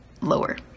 lower